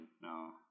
no